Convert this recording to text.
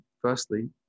Firstly